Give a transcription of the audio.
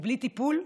ובלי טיפול,